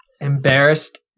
embarrassed